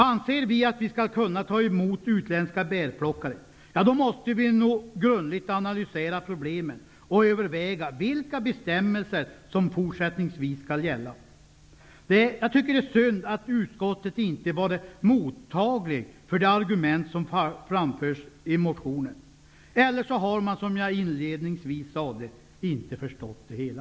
Anser vi att vi skall kunna ta emot utländska bärplockare måste vi grundligt analysera problemen och överväga vilka bestämmelser som fortsättningsvis skall gälla. Jag tycker att det är synd att utskottet inte varit mottagligt för de argument som framförs i motionen. Eller har man -- som jag inledningsvis sade -- inte förstått det hela?